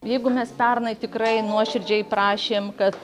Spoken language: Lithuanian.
jeigu mes pernai tikrai nuoširdžiai prašėm kad